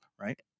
right